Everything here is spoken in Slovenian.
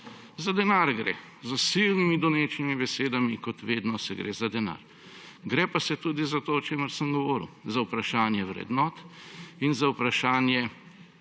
Za denar gre, za silno donečimi besedami kot vedno gre za denar. Gre pa tudi za to, o čemer sem govoril, za vprašanje vrednot in za vprašanje